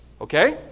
Okay